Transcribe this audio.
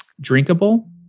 drinkable